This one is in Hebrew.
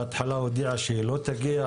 בהתחלה הודיעה שהיא לא תגיע.